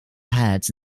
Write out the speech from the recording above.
heads